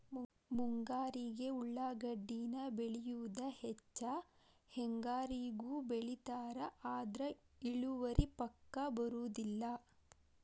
ಮುಂಗಾರಿಗೆ ಉಳಾಗಡ್ಡಿನ ಬೆಳಿಯುದ ಹೆಚ್ಚ ಹೆಂಗಾರಿಗೂ ಬೆಳಿತಾರ ಆದ್ರ ಇಳುವರಿ ಪಕ್ಕಾ ಬರುದಿಲ್ಲ